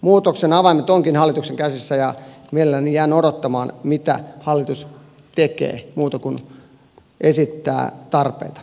muutoksen avaimet ovatkin hallituksen käsissä ja mielelläni jään odottamaan mitä hallitus tekee muuta kuin esittää tarpeita